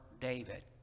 David